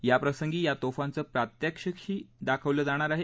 याप्रसंगी या तोफांचं प्रात्यक्षिकही दाखवलं जाणार आहे